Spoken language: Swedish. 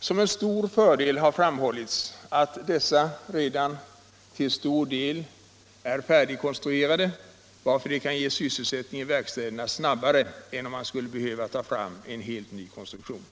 Som en stor fördel har därvid framhållits att dessa redan till stor del är färdigkonstruerade, varför de kan ge sysselsättning i verkstäderna snabbare än om man skulle behöva ta fram en helt ny konstruktion.